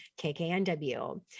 KKNW